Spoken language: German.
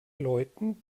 leuten